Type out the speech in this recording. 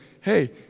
hey